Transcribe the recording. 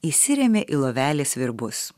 įsirėmė į lovelės virbus